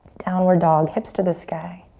downward dog, hips to the sky.